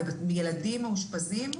ילדים מאושפזים?